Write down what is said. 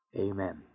Amen